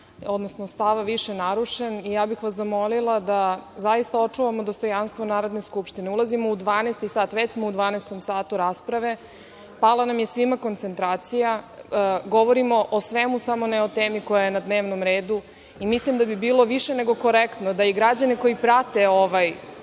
odnosno stava više narušen i ja bih vas zamolila da zaista očuvamo dostojanstvo Narodne skupštine. Ulazimo u dvanaesti sat, već smo u dvanaestom satu rasprave. Pala nam je svima koncentracija. Govorimo o svemu, samo ne o temi koja je na dnevnom redu i mislim da bi bilo više nego korektno da i građani koji prate ovaj